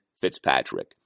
Fitzpatrick